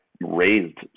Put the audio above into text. raised